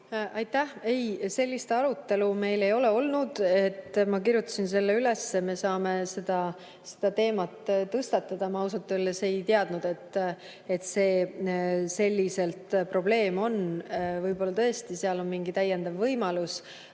Aitäh! Ei, sellist arutelu meil ei ole olnud. Aga ma kirjutasin selle üles ja me saame selle teema tõstatada. Ma ausalt öeldes ei teadnud, et selline probleem on. Võib-olla tõesti seal on mingi täiendav võimalus.